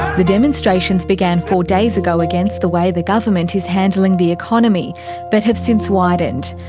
the demonstrations began four days ago against the way the government is handling the economy but have since widened.